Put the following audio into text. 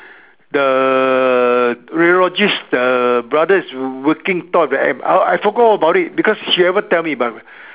the radiologist the brother is working Top of the M I forgot all about it because she ever tell me but